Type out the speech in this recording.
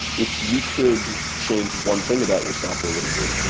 if you could change one thing about yourself, what would it be?